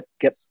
get